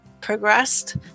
progressed